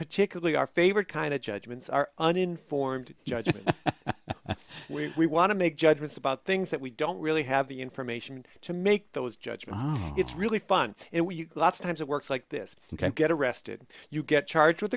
particularly our favorite kind of judgments are uninformed judgment we want to make judgments about things that we don't really have the information to make those judgments it's really fun and we lots of times it works like this you can't get arrested you get charged with